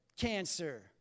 cancer